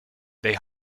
they